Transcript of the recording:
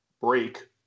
break